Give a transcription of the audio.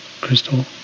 crystal